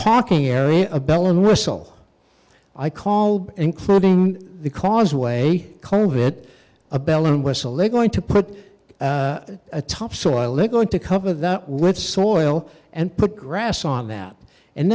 parking area a bell and whistle i call including the causeway clone hit a bell and whistle they're going to put a topsoil they're going to cover that wet soil and put grass on that and